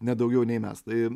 ne daugiau nei mes tai